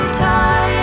time